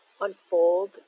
unfold